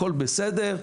הכול בסדר,